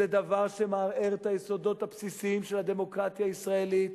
זה דבר שמערער את היסודות הבסיסיים של הדמוקרטיה הישראלית.